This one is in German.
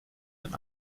ein